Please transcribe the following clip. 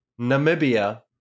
Namibia